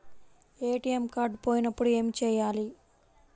ATM card పోయినప్పుడు ఏమి చేయాలి?